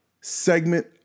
segment